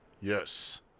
Yes